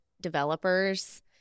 developers